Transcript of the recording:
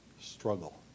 struggle